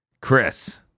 Chris